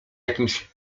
jakimś